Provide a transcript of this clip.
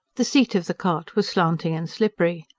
the seat of the cart was slanting and slippery.